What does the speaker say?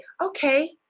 okay